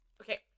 Okay